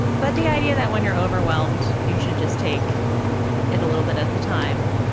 but the idea that when you're overwhelmed, you should just take it a little bit at the time.